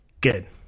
Good